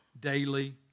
daily